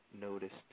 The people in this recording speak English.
noticed